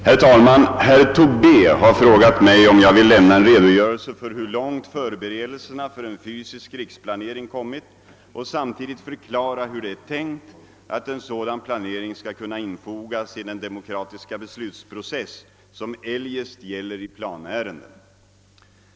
Herr talman! Herr Tobé har frågat mig om jag vill lämna en redogörelse för hur långt förberedelserna för en fysisk riksplanering kommit och samtidigt förklara hur det är tänkt, att en sådan planering skall kunna infogas i den demokratiska beslutsprocess, som eljest gäller i planärenden.